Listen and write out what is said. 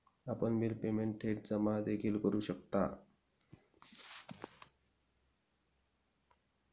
आपण bill payment थेट जमा देखील करू शकता